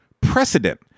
precedent